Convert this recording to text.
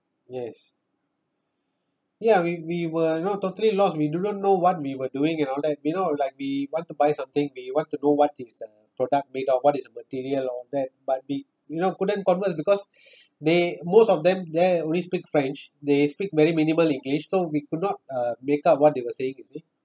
yes ya we we were know totally lost we do not know what we were doing and all that you know like we want to buy something we want to know what is the product made of what is the material all that but we you know couldn't converse because they most of them they're only speak french they speak very minimal english so we could not uh make out what they were saying you see